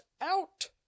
out